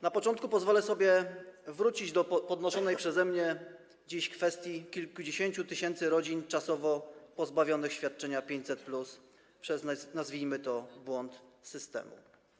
Na początku pozwolę sobie wrócić do podnoszonej przeze mnie dziś kwestii kilkudziesięciu tysięcy rodzin czasowo pozbawionych świadczenia 500+ przez, nazwijmy to, błąd systemu.